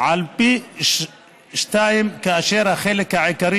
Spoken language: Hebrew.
עלה פי שניים, והחלק העיקרי